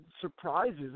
surprises